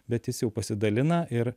bet jis jau pasidalina ir